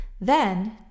Then